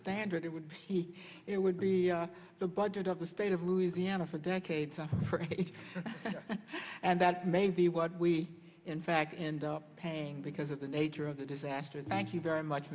standard it would be it would be the budget of the state of louisiana for decades suffering and that may be what we in fact end up paying because of the nature of the disaster thank you very much